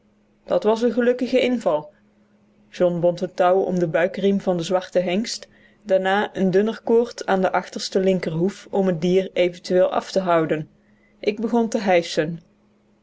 dat was een gelukkige inval john bond het touw om den buikriem van den zwarten hengst daarna een dunner koord aan den achtersten linkerhoef om het dier eventueel af te houden ik begon te hijschen